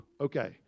okay